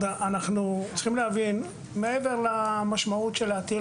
אנחנו צריכים להבין שמעבר למשמעות להטיל